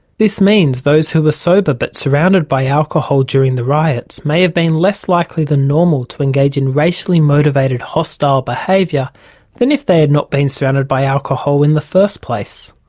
this means those who were sober but surrounded by alcohol during the riots may have been less likely than normal to engage in racially motivated hostile behaviour than if they had not been surrounded by alcohol in the first place.